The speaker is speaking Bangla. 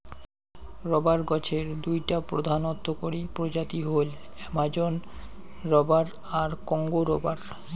রবার গছের দুইটা প্রধান অর্থকরী প্রজাতি হইল অ্যামাজোন রবার আর কংগো রবার